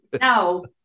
No